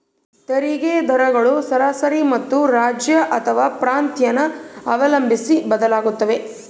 ತೆರಿಗೆ ದರಗಳು ಸರಾಸರಿ ಮತ್ತು ರಾಜ್ಯ ಅಥವಾ ಪ್ರಾಂತ್ಯನ ಅವಲಂಬಿಸಿ ಬದಲಾಗುತ್ತವೆ